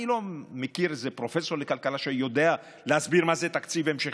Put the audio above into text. אני לא מכיר איזה פרופסור לכלכלה שיודע להסביר מה זה תקציב המשכי.